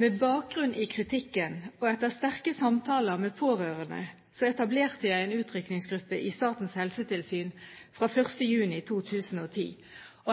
Med bakgrunn i kritikken, og etter sterke samtaler med pårørende, etablerte jeg en utrykningsgruppe i Statens helsetilsyn fra 1. juni 2010.